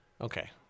Okay